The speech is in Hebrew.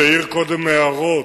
שהעיר קודם הערות,